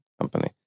company